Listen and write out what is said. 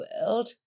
world